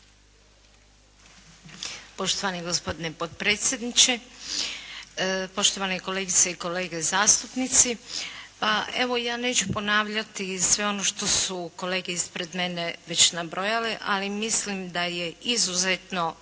Poštovani gospodine potpredsjedniče, poštovane kolegice i kolege zastupnici! Pa evo, ja neću ponavljati sve ono što su kolege ispred mene već nabrojali, ali mislim da je izuzetno